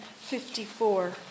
54